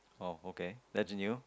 oh okay that is new